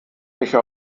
welche